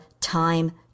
time